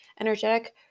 energetic